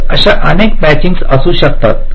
तर अशा अनेक मॅचिंगस असू शकतात